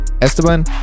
Esteban